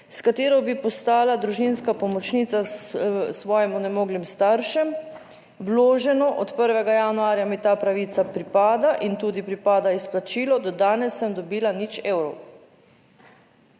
s katero bi postala družinska pomočnica s svojim onemoglim staršem, vloženo od 1. januarja mi ta pravica pripada in tudi pripada izplačilo, do danes sem dobila 0 evrov.